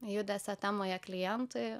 judesio temoje klientui